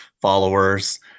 followers